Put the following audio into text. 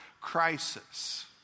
Crisis